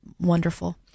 wonderful